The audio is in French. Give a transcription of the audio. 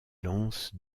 lances